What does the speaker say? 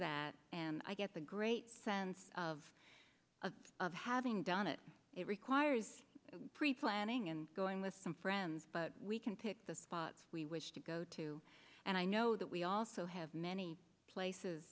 that and i get the great sense of of of having done it it requires pre planning and going with some friends but we can pick the spots we wish to go to and i know that we also have many places